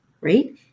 right